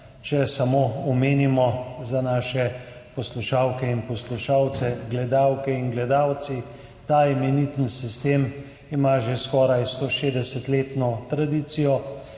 Če samo omenimo za naše poslušalke in poslušalce, gledalke in gledalce, ta imenitni sistem ima že skoraj 160-letno tradicijo,